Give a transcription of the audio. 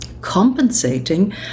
compensating